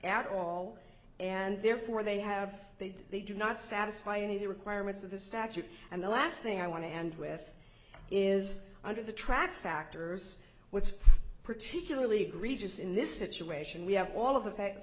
at all and therefore they have they did they do not satisfy any of the requirements of the statute and the last thing i want to end with is under the track factors what's particularly egregious in this situation we have all of the fact